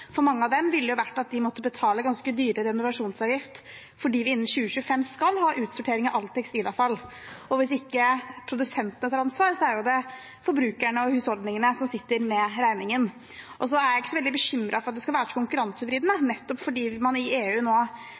måtte betale ganske dyr renovasjonsavgift, for innen 2025 skal vi ha utsortering av alt tekstilavfall. Hvis ikke produsentene tar ansvar, er det forbrukerne og husholdningene som sitter med regningen. Så er jeg ikke så veldig bekymret for at det skal være konkurransevridende, nettopp fordi man i EU nå